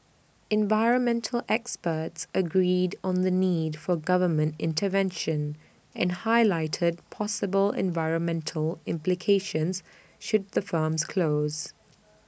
environmental experts agreed on the need for government intervention and highlighted possible environmental implications should the firms close